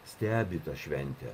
stebi tą šventę